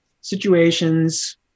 situations